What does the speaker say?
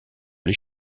les